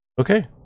okay